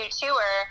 tour